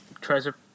Treasure